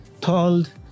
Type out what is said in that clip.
told